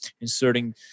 inserting